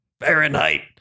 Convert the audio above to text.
Fahrenheit